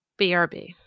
brb